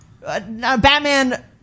Batman